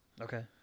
Okay